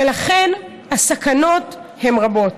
ולכן הסכנות הן רבות.